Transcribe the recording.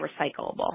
recyclable